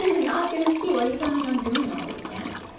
not gonna ski, what are you planning on doing all weekend?